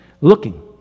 Looking